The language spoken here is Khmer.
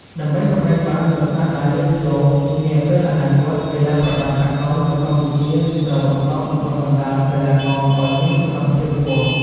ដើម្បីសម្រេចបាននូវស្នាដៃលេចធ្លោនាពេលអនាគត កីឡាប្រដាល់សកលនៅកម្ពុជាត្រូវបន្តបណ្តុះបណ្តាលកីឡាករឲ្យមានសមត្ថភាពខ្ពស់។